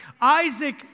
Isaac